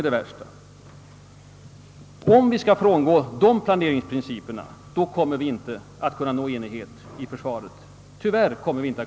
Om man kräver att vi skall frångå dessa planeringsprinciper, då kommer vi tyvärr inte att kunna nå enighet om försvaret.